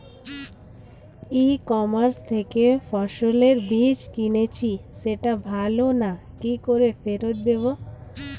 ই commerce থেকে ফসলের বীজ কিনেছি সেটা ভালো না কি করে ফেরত দেব?